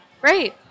Great